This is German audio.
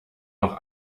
noch